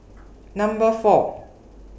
Number four